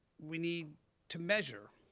we need to measure,